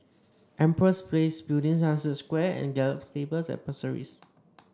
Empress Place Building Sunset Square and Gallop Stables at Pasir Ris